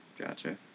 gotcha